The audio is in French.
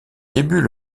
débuts